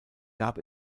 gab